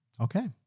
Okay